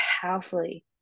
powerfully